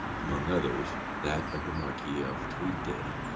among others that of the marquis of tweeddale,